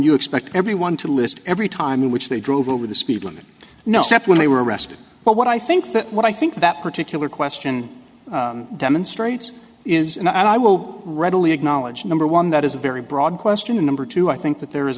you expect everyone to list every time in which they drove over the speed limit no step when they were arrested but what i think that what i think that particular question demonstrates is and i will readily acknowledge number one that is a very broad question and number two i think that there is